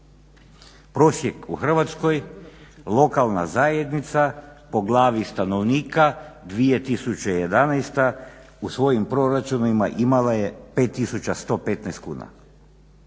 Prosjek u Hrvatskoj lokalna zajednica po glavi stanovnika 2011. u svojim proračunima imala je 5115 kuna.